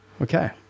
Okay